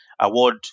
award